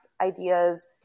ideas